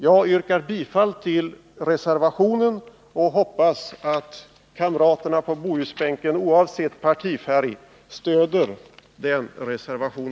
Jag yrkar bifall till reservationen och hoppas att kamraterna på Bohusbänken, oavsett partifärg, stöder den.